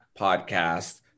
podcast